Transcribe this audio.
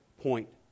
point